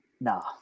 Nah